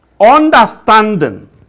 understanding